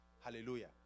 Hallelujah